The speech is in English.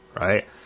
Right